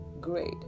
great